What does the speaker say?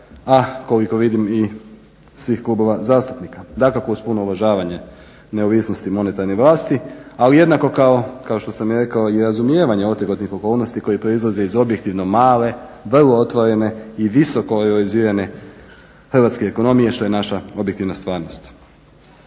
a koliko vidim i svih klubova zastupnika. Dakako uz puno uvažavanje neovisnosti monetarne vlasti, ali jednako kao što sam i rekao i razumijevanja otegotnih okolnosti koje proizlaze iz objektivno male vrlo otvorene i visoko realizirane hrvatske ekonomije što je naša objektivna stvarnost.